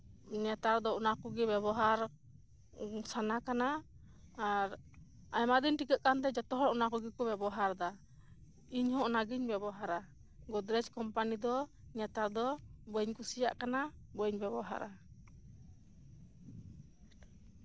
ᱱᱮᱛᱟᱨ ᱫᱚ ᱚᱱᱟ ᱠᱚᱜᱮ ᱵᱮᱵᱚᱦᱟᱨ ᱥᱟᱱᱟ ᱠᱟᱱᱟ ᱟᱨ ᱟᱭᱢᱟ ᱫᱤᱱ ᱴᱤᱠᱟᱹᱜ ᱠᱟᱱ ᱛᱮ ᱡᱚᱛᱚ ᱦᱚᱲ ᱚᱱᱟ ᱠᱚᱜᱮ ᱠᱚ ᱵᱮᱵᱚᱦᱟᱨᱮᱫᱟ ᱤᱧ ᱦᱚᱸ ᱚᱱᱟ ᱜᱤᱧ ᱵᱮᱵᱚᱦᱟᱨᱟ ᱜᱳᱫᱽᱨᱮᱡ ᱠᱳᱢᱯᱟᱱᱤ ᱫᱚ ᱱᱮᱛᱟᱨ ᱫᱚ ᱵᱟᱹᱧ ᱠᱩᱥᱤᱭᱟᱜ ᱠᱟᱱᱟ ᱵᱟᱹᱧ ᱵᱮᱵᱚᱦᱟᱨᱟ